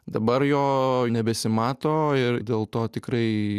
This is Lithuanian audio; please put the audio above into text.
dabar jo nebesimato ir dėl to tikrai